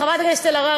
חברת הכנסת אלהרר,